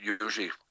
Usually